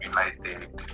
United